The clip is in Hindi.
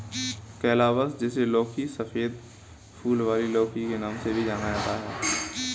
कैलाबश, जिसे लौकी, सफेद फूल वाली लौकी के नाम से भी जाना जाता है